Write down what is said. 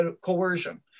coercion